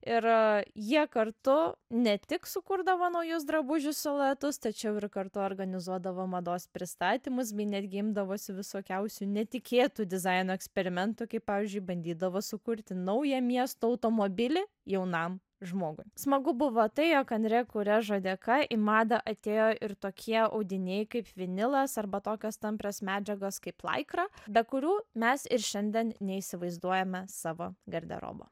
ir jie kartu ne tik sukurdavo naujus drabužių siluetus tačiau ir kartu organizuodavo mados pristatymus bei netgi imdavosi visokiausių netikėtų dizaino eksperimentų kai pavyzdžiui bandydavo sukurti naują miesto automobilį jaunam žmogui smagu buvo tai jog anre kurežo dėka į madą atėjo ir tokie audiniai kaip vinilas arba tokios tamprios medžiagos kaip laikra be kurių mes ir šiandien neįsivaizduojame savo garderobo